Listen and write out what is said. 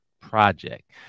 project